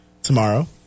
tomorrow